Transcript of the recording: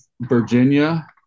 Virginia